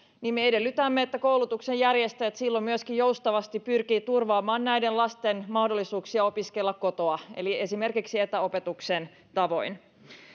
niin me edellytämme että koulutuksen järjestäjät silloin myöskin joustavasti pyrkivät turvaamaan näiden lasten mahdollisuuksia opiskella kotoa eli esimerkiksi etäopetuksen tavoin